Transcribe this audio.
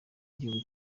gihugu